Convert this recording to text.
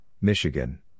Michigan